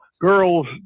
girls